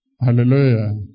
Hallelujah